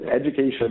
Education